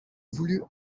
voulut